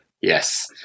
Yes